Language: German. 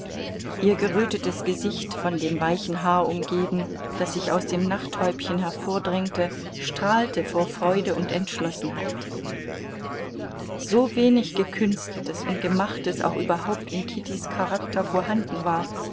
ihr gerötetes gesicht von dem weichen haar umgeben das sich aus dem nachthäubchen hervordrängte strahlte vor freude und entschlossenheit so wenig gekünsteltes und gemachtes auch überhaupt in kittys charakter vorhanden war